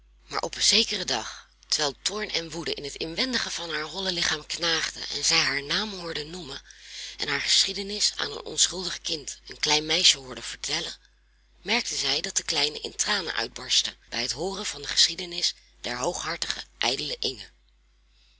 maar op zekeren dag terwijl toorn en woede in het inwendige van haar holle lichaam knaagden en zij haar naam hoorde noemen en haar geschiedenis aan een onschuldig kind een klein meisje hoorde vertellen merkte zij dat de kleine in tranen uitbarstte bij het hooren van de geschiedenis der hooghartige ijdele inge